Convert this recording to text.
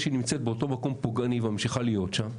שהיא נמצאת באותו מקום פוגעני והיא ממשיכה להיות שם,